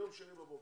ביום שני בבוקר.